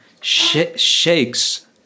shakes